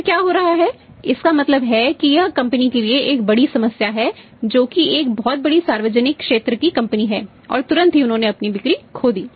फिर क्या हो रहा है इसका मतलब है कि यह कंपनी के लिए एक बड़ी समस्या है जो कि एक बहुत बड़ी सार्वजनिक क्षेत्र की कंपनी है और तुरंत ही उन्होंने अपनी बिक्री खो दी